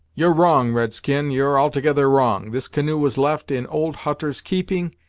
you're wrong, red-skin, you're altogether wrong. this canoe was left in old hutter's keeping,